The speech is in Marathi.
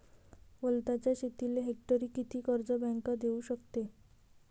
वलताच्या शेतीले हेक्टरी किती कर्ज बँक देऊ शकते?